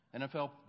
NFL